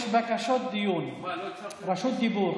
יש בקשות דיון, רשות דיבור.